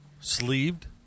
sleeved